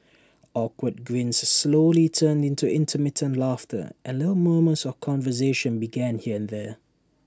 awkward grins slowly turned into intermittent laughter and little murmurs of conversation began here and there